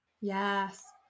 Yes